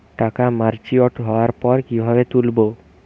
টাকা ম্যাচিওর্ড হওয়ার পর কিভাবে তুলব?